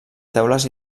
teules